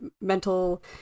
mental